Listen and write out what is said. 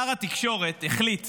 שר התקשורת החליט